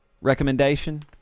recommendation